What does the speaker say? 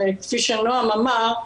כפי שנועם אמר,